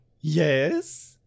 Yes